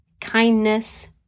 kindness